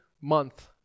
month